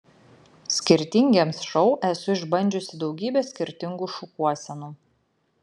skirtingiems šou esu išbandžiusi daugybę skirtingų šukuosenų